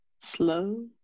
slow